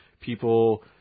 people